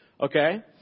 okay